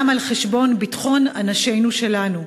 גם על חשבון ביטחון אנשינו שלנו.